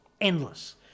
endless